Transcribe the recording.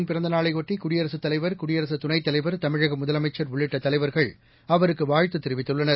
பிரதமர் பிறந்தநாளையொட்டி குடியரசுத்தலைவர் குடியரசு துறைத்தலைவர் தமிழக முதலமைச்சர் உள்ளிட்ட தலைவர்கள் அவருக்கு வாழ்த்து தெரிவித்துள்ளனர்